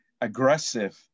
aggressive